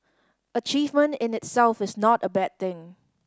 achievement in itself is not a bad thing